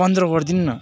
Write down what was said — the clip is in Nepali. पन्ध्र गर्दिनु न